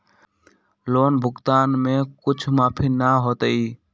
Loan भुगतान में कुछ माफी न होतई?